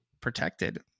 protected